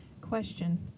Question